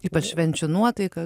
ypač švenčių nuotaika